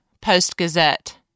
Post-Gazette